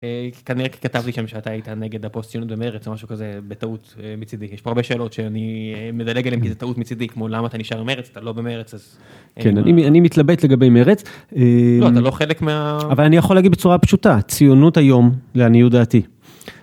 כנראה כתב לי שם שאתה היית נגד הפוסט ציונות במרץ או משהו כזה בטעות מצידי, יש פה הרבה שאלות שאני מדלג אליהן כי זה טעות מצידי, כמו למה אתה נשאר במרץ, אתה לא במרץ, אז... כן, אני מתלבט לגבי מרץ. לא, אתה לא חלק מה... אבל אני יכול להגיד בצורה פשוטה, ציונות היום לעניות דעתי.